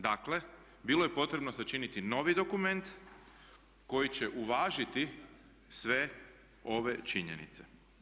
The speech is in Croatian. Dakle bilo je potrebno sačiniti novi dokument koji će uvažiti sve ove činjenice.